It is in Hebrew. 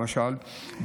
למשל,